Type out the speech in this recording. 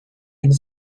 and